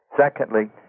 Secondly